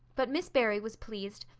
but miss barry was pleased,